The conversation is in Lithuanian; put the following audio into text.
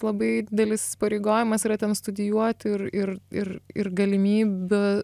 labai didelis įsipareigojimas yra ten studijuoti ir ir ir ir galimybių